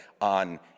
on